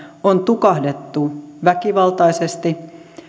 on tukahdutettu väkivaltaisesti